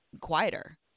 quieter